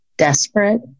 desperate